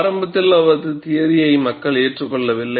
ஆரம்பத்தில் அவரது தியரியை மக்கள் ஏற்கவில்லை